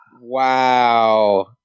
Wow